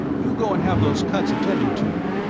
you go and have those cuts attended to,